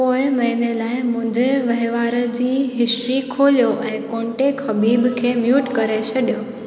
पोएं महिने लाइ मुंहिंजे वहिंवार जी हिस्ट्री खोलियो ऐं कोन्टेक हबीब खे म्यूट करे छॾियो